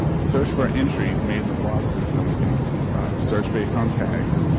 search for entries made in the blog system. you can search based on tags.